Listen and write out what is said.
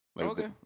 Okay